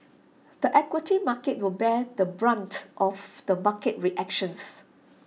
the equity market will bear the brunt of the market reactions